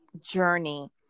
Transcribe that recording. journey